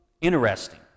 Interesting